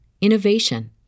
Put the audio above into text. innovation